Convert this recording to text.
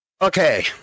Okay